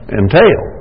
entail